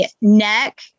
neck